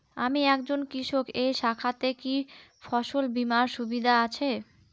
আমি একজন কৃষক এই শাখাতে কি ফসল বীমার সুবিধা আছে?